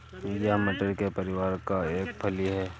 यह मटर के परिवार का एक फली है